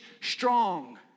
strong